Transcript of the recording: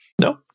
No